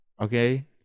okay